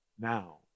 now